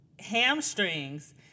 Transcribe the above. hamstrings